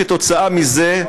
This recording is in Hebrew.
כתוצאה מזה,